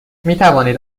میتوانید